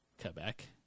Quebec